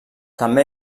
també